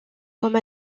comme